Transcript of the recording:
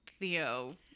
Theo